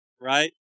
right